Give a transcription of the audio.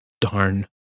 darn